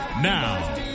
Now